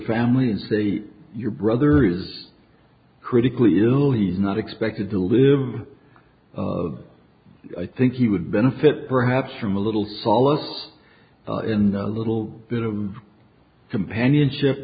family and say your brother is critically ill he's not expected to live but i think he would benefit perhaps from a little solace in the little bit of companionship